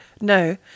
no